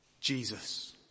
Jesus